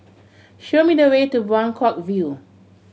show me the way to Buangkok View